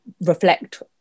reflect